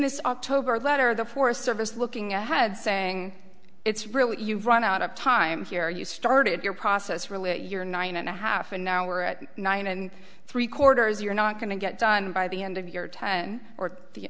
this october letter the forest service looking ahead saying it's really you've run out of time here you started your process really a year nine and a half and now we're at nine and three quarters you're not going to get done by the end of your ten or the